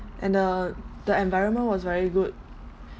and uh the environment was very good